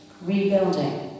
rebuilding